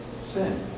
sin